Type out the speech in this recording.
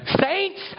Saints